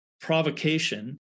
provocation